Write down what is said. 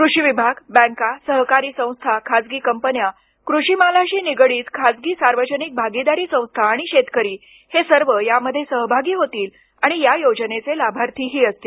कृषी विभाग बँका सहकारी संस्था खासगी कंपन्या कृषी मालाशी निगडीत खासगी सार्वजनिक भागीदारी संस्था आणि शेतकरी हे सर्व यामध्ये सहभागी होतील आणि या योजनेचे लाभार्थीही असतील